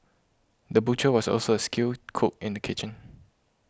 the butcher was also a skilled cook in the kitchen